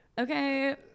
okay